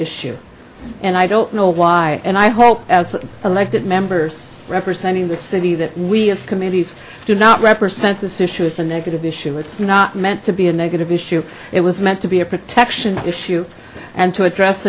issue and i don't know why and i hope as elected members representing the city that we as committees do not represent this issue as a negative issue it's not meant to be a negative issue it was meant to be a protection issue and to address